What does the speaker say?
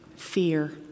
Fear